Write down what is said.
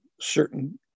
certain